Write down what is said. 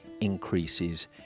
increases